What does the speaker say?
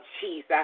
Jesus